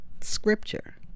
scripture